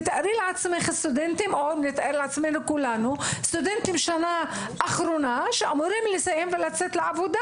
תתארו לעצמכם סטודנטים בשנה אחרונה שאמורים לסיים ולצאת לעבודה.